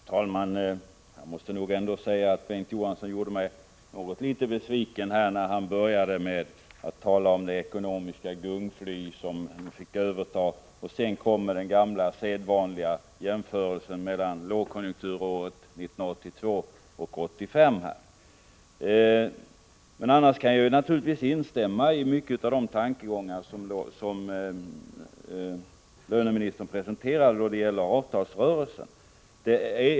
Fru talman! Jag måste nog säga att Bengt Johansson gjorde mig något besviken när han började med att tala om det ekonomiska gungfly som socialdemokraterna fick överta. Sedan kom den gamla sedvanliga jämförelsen mellan lågkonjunkturåret 1982 och högkonjunkturåret 1985. Men annars kan jag naturligtvis instämma i mycket av de tankegångar som löneministern presenterade då det gäller avtalsrörelsen.